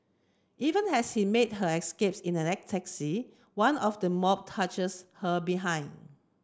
even as she made her escape in a taxi one of the mob touches her behind